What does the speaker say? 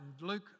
Luke